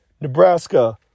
Nebraska